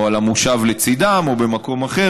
על המושב לצידם או במקום אחר,